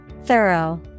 Thorough